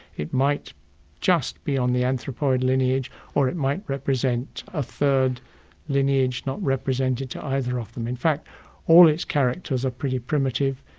it might just be on the anthropoid lineage or it might represent a third lineage not represented to either of them. in fact all its characters are pretty primitive,